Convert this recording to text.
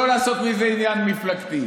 לא לעשות מזה עניין מפלגתי.